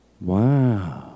Wow